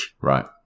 Right